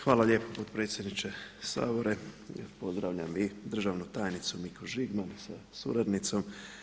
Hvala lijepo potpredsjedniče Sabora, pozdravljam i državnu tajnicu Mikuš Žigman sa suradnicom.